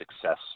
success